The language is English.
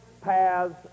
paths